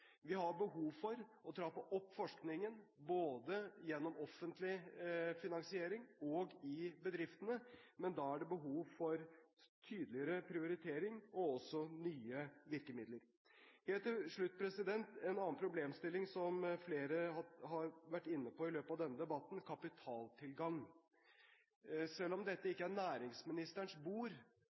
Vi har behov for å trappe opp forskningen både gjennom offentlig finansiering og i bedriftene, men da er det behov for tydeligere prioritering og også nye virkemidler. Helt til slutt: En annen problemstilling som flere har vært inne på i løpet av denne debatten, er kapitaltilgang. Selv om dette ikke er næringsministerens bord,